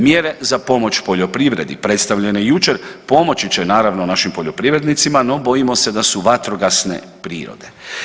Mjere za pomoć poljoprivredi predstavljene jučer pomoći će naravno našim poljoprivrednicima no bojim se da su vatrogasne prirode.